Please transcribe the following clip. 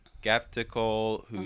skeptical